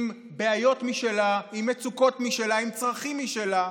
עם בעיות משלה, עם מצוקות משלה, עם צרכים משלה.